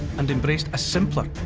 and embraced a simpler,